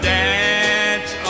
dance